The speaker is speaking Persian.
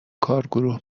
کارگروه